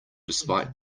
despite